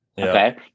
Okay